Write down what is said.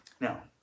Now